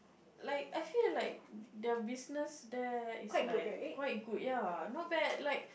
like I feel like the business there is like quite good ya not bad like